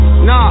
Nah